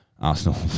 Arsenal